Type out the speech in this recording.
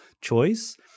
choice